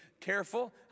careful